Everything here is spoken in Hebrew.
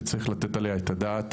שצריך לתת עליה את הדעת,